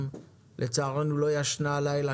שלצערנו לא ישנה הלילה,